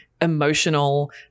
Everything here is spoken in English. emotional